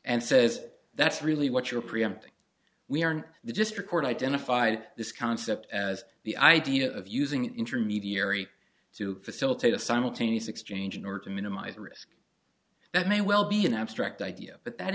and says that's really what you're preempting we aren't they just report identified this concept as the idea of using an intermediary to facilitate a simultaneous exchange in order to minimise the risk that may well be an abstract idea but that